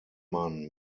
man